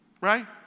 Right